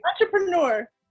entrepreneur